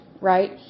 right